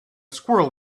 squirrel